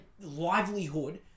livelihood